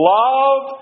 love